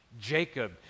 Jacob